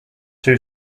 two